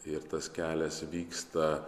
ir tas kelias vyksta